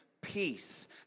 peace